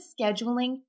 scheduling